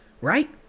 right